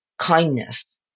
kindness